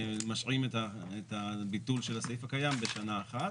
משהים את הביטול של הסעיף הקיים בשנה אחת.